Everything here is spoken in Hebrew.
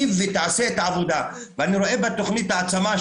תדעו גם לנצל את זה,